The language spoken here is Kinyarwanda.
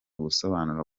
gusobanura